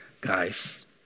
Guys